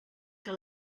que